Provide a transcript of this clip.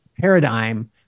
paradigm